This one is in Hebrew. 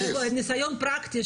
ניסיון פרקטי,